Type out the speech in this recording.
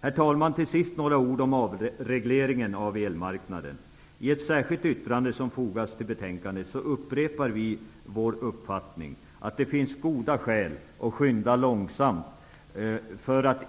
Herr talman! Till sist några ord om avregleringen av elmarknaden. I ett särskilt yttrande som fogats till betänkandet upprepar vi vår uppfattning, nämligen att det finns goda skäl att skynda långsamt.